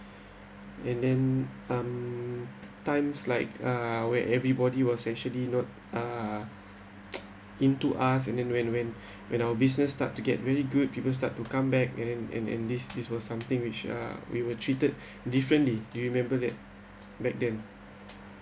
and then um times like uh where everybody was actually not uh into us and then when when when our business start to get very good people start to come back and and and this this was something which uh we were treated differently you remember that back then